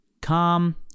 calm